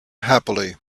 happily